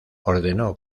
ordenó